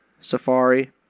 Safari